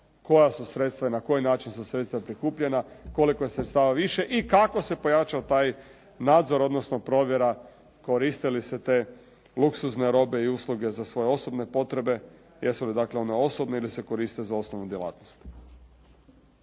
koja su sredstva i na koji način su sredstva prikupljena, koliko je sredstava više i kako se pojačao taj nadzor, odnosno provjera, koriste li se te luksuzne robe i usluge za svoje osobne potrebe, jesu li dakle one osobne ili se koriste za osnovnu djelatnost.